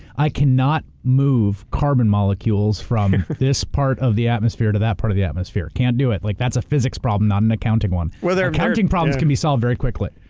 i cannot move carbon molecules from this part of the atmosphere to that part of the atmosphere. can't do it. like that's a physics problem, not an accounting one. accounting problems can be solved very quickly.